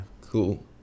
Cool